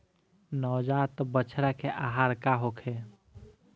नवजात बछड़ा के आहार का होखे?